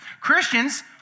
Christians